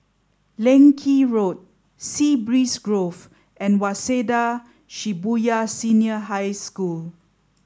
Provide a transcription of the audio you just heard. Leng Kee Road Sea Breeze Grove and Waseda Shibuya Senior High School